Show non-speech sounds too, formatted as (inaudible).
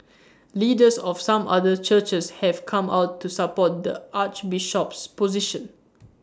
(noise) leaders of some other churches have come out to support the Archbishop's position